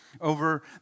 over